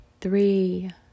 three